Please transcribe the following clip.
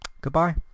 Goodbye